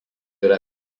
yra